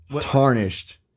Tarnished